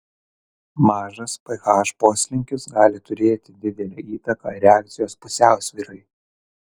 mažas ph poslinkis gali turėti didelę įtaką reakcijos pusiausvyrai